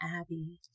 Abby